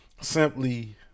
simply